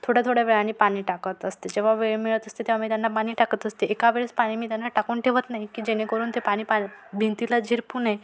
थोड्या थोड्या वेळाने पाणी टाकत असते जेव्हा वेळ मिळत असते तेव्हा मी त्यांना पाणी टाकत असते एका वेळेस पाणी मी त्यांना टाकून ठेवत नाही की जेणेकरून ते पा भिंतीला झिरपू नये